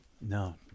no